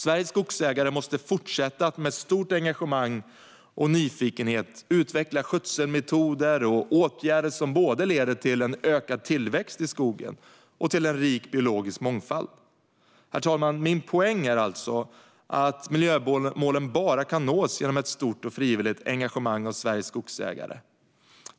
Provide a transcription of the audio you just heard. Sveriges skogsägare måste fortsätta att med stort engagemang och nyfikenhet utveckla skötselmetoder och åtgärder som både leder till ökad tillväxt i skogen och till en rik biologisk mångfald. Herr talman! Min poäng är alltså att miljömålen bara kan nås genom ett stort och frivilligt engagemang av Sveriges skogsägare.